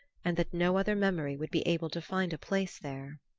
and that no other memory would be able to find a place there.